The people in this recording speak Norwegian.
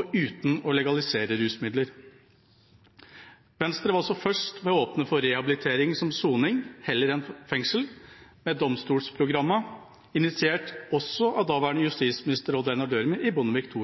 uten å legalisere rusmidler. Venstre var også først med å åpne for rehabilitering som soning heller enn fengsel, ved domstolsprogrammet, også initiert av daværende justisminister Odd Einar Dørum i Bondevik